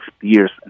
years